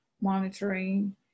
monitoring